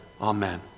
Amen